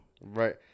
Right